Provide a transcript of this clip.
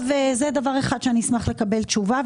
זה דבר אחד שאני אשמח לקבל עליו תשובה,